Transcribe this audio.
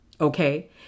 Okay